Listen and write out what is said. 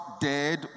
dead